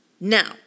Now